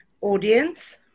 Audience